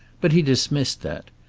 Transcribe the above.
but he dismissed that.